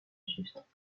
substances